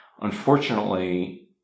unfortunately